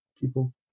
people